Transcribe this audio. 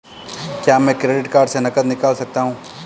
क्या मैं credit card से नकद निकाल सकता हूँ?